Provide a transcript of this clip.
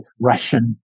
Russian